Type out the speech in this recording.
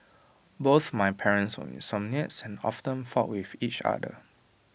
both my parents were insomniacs and often fought with each other